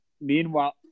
Meanwhile